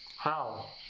how